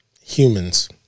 humans